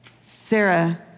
Sarah